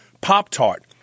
Pop-Tart